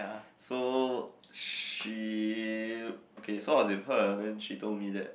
so she okay so I was with her then she told me that